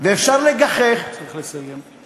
ואפשר לגחך, צריך לסיים.